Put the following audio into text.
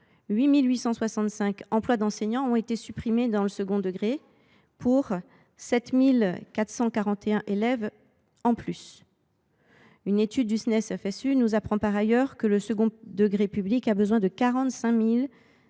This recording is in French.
8 865 emplois d’enseignants ont été supprimés dans le second degré pour 7 441 élèves en plus. Une étude du Snes FSU nous apprend par ailleurs que le second degré public a besoin de 45 257